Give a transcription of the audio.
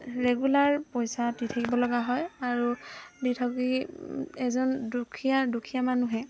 regular পইচা দি থাকিব লগা হয় আৰু দি থাকি এজন দুখীয়া দুখীয়া মানুহে